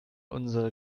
unsere